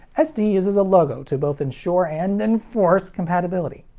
sd uses a logo to both ensure and enforce compatibility.